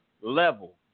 level